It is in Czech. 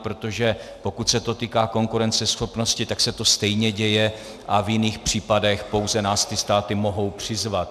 Protože pokud se to týká konkurenceschopnosti, tak se to stejně děje a v jiných případech nás pouze ty státy mohou přizvat.